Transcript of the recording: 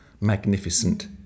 magnificent